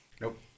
Nope